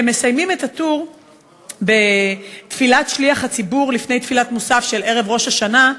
והם מסיימים את הטור בתפילת שליח הציבור לפני תפילת מוסף של ראש השנה,